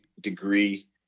degree